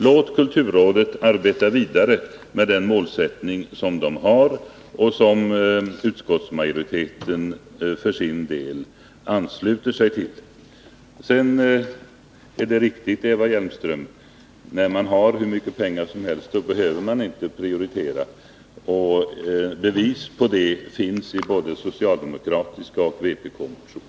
Låt kulturrådet arbeta vidare med den målsättning man har och som utskottsmajoriteten för sin del ansluter sig till! Det är riktigt, Eva Hjelmström, att när man har hur mycket pengar som helst behöver man inte prioritera. Bevis för det finns i både socialdemokratiska motioner och vpk-motioner.